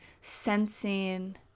sensing